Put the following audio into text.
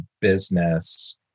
business